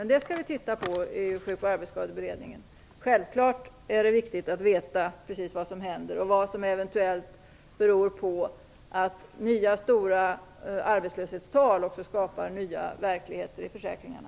Men vi skall titta på det i Sjuk och arbetsskadeberedningen. Det är självfallet viktigt att veta precis vad som händer och vad som eventuellt beror på att nya stora arbetslöshetstal också skapar nya verkligheter i försäkringarna.